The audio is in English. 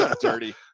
dirty